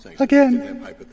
Again